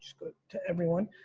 go to everyone.